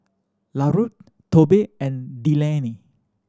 Larue Tobe and Delaney